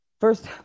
first